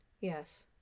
Yes